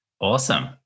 Awesome